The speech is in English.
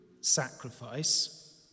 sacrifice